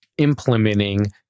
implementing